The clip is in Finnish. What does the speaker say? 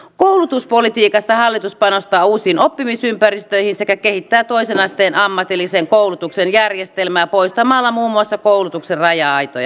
koulutuspolitiikassa hallitus panostaa uusiin oppimisympäristöihin sekä kehittää toisen asteen ammatillisen koulutuksen järjestelmää poistamalla muun muassa koulutuksen raja aitoja